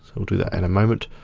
we'll do that in a moment.